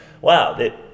wow